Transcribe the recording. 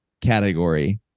category